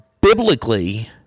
biblically